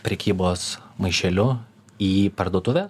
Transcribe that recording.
prekybos maišeliu į parduotuvę